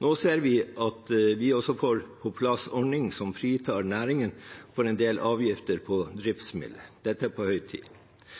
Nå ser vi at vi også får på plass en ordning som fritar næringen for en del avgifter på driftsmidler. Dette er på høy tid.